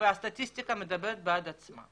והסטטיסטיקה מדברת בעד עצמה.